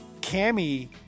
Cammy